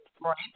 right